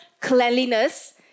cleanliness